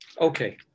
Okay